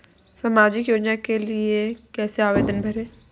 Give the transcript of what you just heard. सामाजिक योजना के लिए कैसे आवेदन करें?